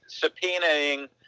subpoenaing